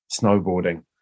snowboarding